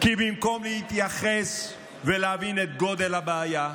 כי במקום להתייחס ולהבין את גודל הבעיה,